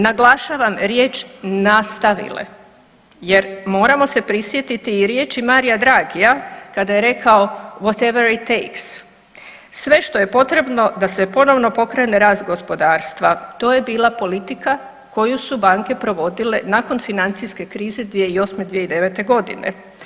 Naglašavam riječ „nastavile“ jer moramo se prisjetiti i riječi Marija Dragija kada je rekao … [[Govornik se ne razumije]] sve što je potrebno da se ponovno pokrene rast gospodarstva, to je bila politika koju su banke provodile nakon financijske krize 2008.-2009.g.